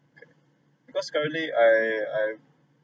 okay because currently I I've